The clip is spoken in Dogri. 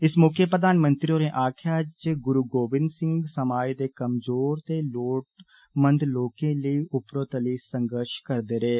इस मौके प्रधानमंत्री होरें आक्खेआ जे गुरु गोविन्द सिंह समाज दे कमज़ोर ते लोड़मंद लोकें लेई उपरोतली संघर्श करने रेह